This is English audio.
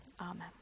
Amen